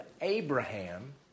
Abraham